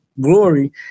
Glory